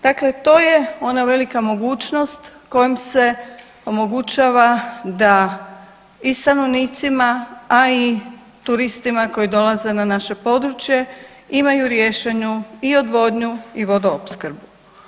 Dakle to je ona velika mogućnost kojom se omogućava da i stanovnicima a i turistima koji dolaze na naše područje imaju riješenu i odvodnju i vodoopskrbu.